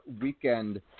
weekend